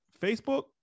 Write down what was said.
Facebook